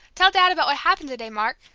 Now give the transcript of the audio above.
tell daddy about what happened to-day, mark